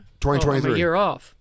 2023